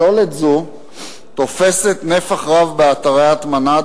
פסולת זו תופסת נפח רב באתרי ההטמנה,